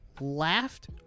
laughed